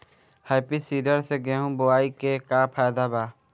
Happy seeder से गेहूं बोआई के का फायदा बा?